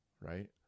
right